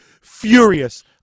furious